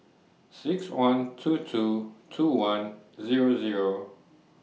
six one two two two one Zero Zero